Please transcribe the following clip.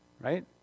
Right